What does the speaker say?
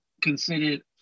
considered